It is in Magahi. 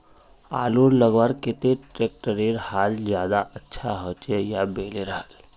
आलूर लगवार केते ट्रैक्टरेर हाल ज्यादा अच्छा होचे या बैलेर हाल?